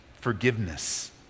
forgiveness